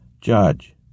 Judge